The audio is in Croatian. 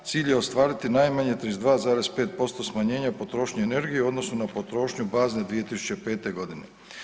Cilj je ostvariti najmanje 32,5% smanjenja potrošnje energije u odnosu na potrošnju bazne 2005. godine.